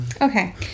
Okay